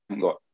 got